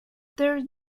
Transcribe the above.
third